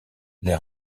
les